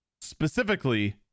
specifically